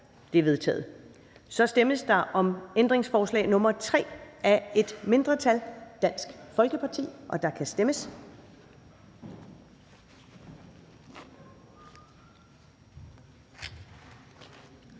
Det er vedtaget. Så stemmes der om ændringsforslag nr. 3 af et mindretal (DF), og der kan stemmes.